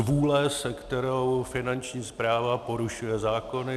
Zvůle, se kterou Finanční správa porušuje zákony.